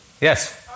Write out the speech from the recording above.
Yes